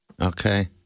Okay